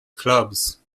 clubs